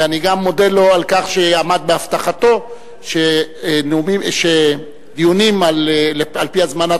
ואני גם מודה לו על כך שעמד בהבטחתו שדיונים על-פי הזמנת